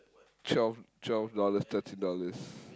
twelve twelve dollars thirteen dollars